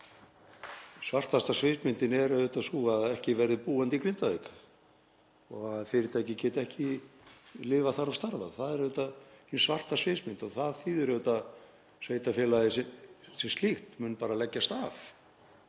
svartasta sviðsmyndin er auðvitað sú að ekki verði búandi í Grindavík og að fyrirtæki geti ekki lifað þar og starfað. Það er hin svarta sviðsmynd. Það þýðir auðvitað að sveitarfélagið sem slíkt mun bara leggjast af.